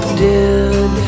dead